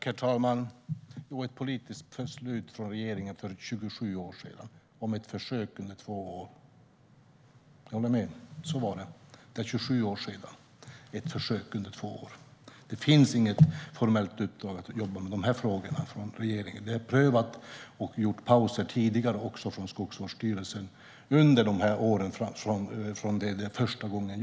Herr talman! Det var ett politiskt beslut från regeringen för 27 år sedan, om ett försök under två år. Jag håller med om att det var på det sättet. Det var för 27 år sedan, och handlade om ett försök under två år. Det finns inget formellt uppdrag från regeringen om att jobba med de här frågorna. Det är prövat. Skogsstyrelsen har också gjort pauser tidigare, under de år som gått sedan det gjordes första gången.